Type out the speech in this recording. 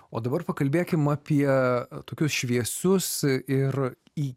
o dabar pakalbėkime apie tokius šviesus ir į